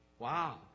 Wow